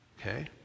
Okay